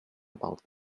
about